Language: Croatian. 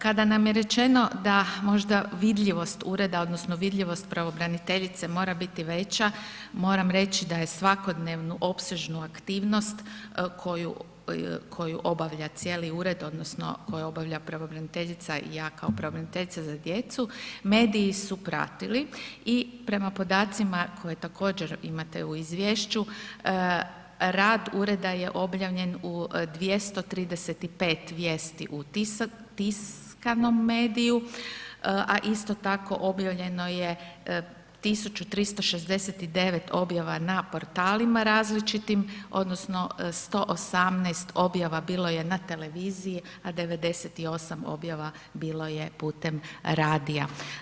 Kada nam je rečeno da možda vidljivost ureda odnosno vidljivost pravobraniteljice mora biti veća, moram reći da je svakodnevnu opsežnu aktivnost koju, koju obavlja cijeli ured odnosno koju obavlja pravobraniteljica, ja kao pravobraniteljica za djecu, mediji su pratili i prema podacima koje također imate u izvješću, rad ureda je objavljen u 235 vijesti u tiskanom mediju, a isto tako objavljeno je 1.369 objava na portalima odnosno 118 objava bilo je na televiziji, a 98 objava bilo je putem radija.